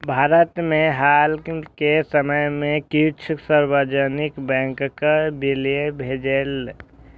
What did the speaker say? भारत मे हाल के समय मे किछु सार्वजनिक बैंकक विलय भेलैए